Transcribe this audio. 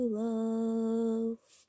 love